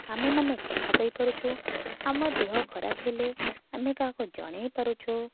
ଆମେମାନେ କଥା କହିପାରୁଛୁ ଆମ ଦେହ ଖରାପ ହେଲେ ଆମେ କାହାକୁ ଜଣାଇ ପାରୁଛୁ